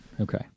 okay